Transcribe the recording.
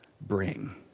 bring